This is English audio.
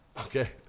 Okay